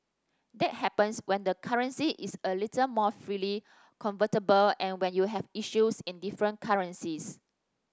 that happens when the currency is a little more freely convertible and when you have issues in different currencies